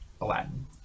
aladdin